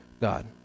God